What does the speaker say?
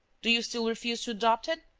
do you still refuse to adopt it?